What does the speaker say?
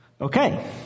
Okay